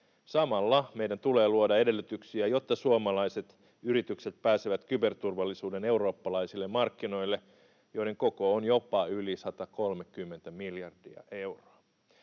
Samalla meidän tulee luoda edellytyksiä, jotta suomalaiset yritykset pääsevät kyberturvallisuuden eurooppalaisille markkinoille, joiden koko on jopa yli 130 miljardia euroa.